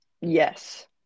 Yes